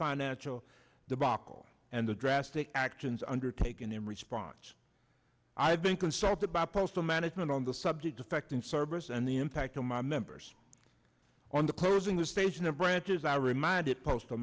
financial debacle and the drastic actions undertaken in response i have been consulted by postal management on the subject affecting service and the impact on my members on the closing the station and branches i reminded postal